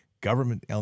government